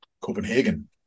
Copenhagen